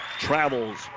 Travels